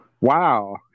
Wow